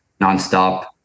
nonstop